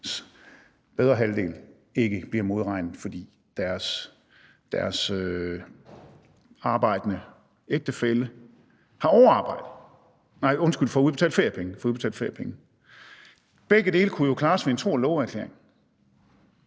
bedre halvdele ikke bliver modregnet, når deres arbejdende ægtefælle får udbetalt feriepenge. Begge dele kunne jo klares ved en tro og love-erklæring.